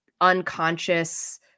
unconscious